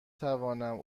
توانم